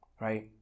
right